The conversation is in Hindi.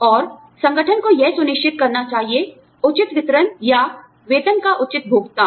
और संगठन को यह सुनिश्चित करना चाहिए उचित वितरण या वेतन का उचित भुगतान